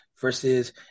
versus